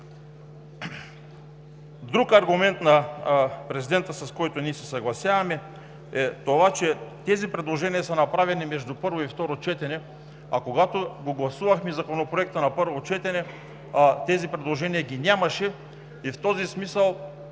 Друг аргумент на президента, с който ние се съгласяваме, е това, че тези предложения са направени между първо и второ четене, а когато гласувахме Законопроекта на първо четене, тези предложения ги нямаше и в този смисъл